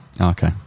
Okay